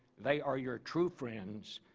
they are your true friends.